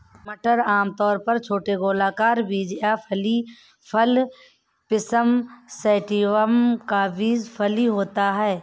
मटर आमतौर पर छोटे गोलाकार बीज या फली फल पिसम सैटिवम का बीज फली होता है